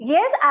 Yes